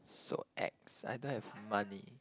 so ex I don't have money